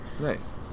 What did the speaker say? nice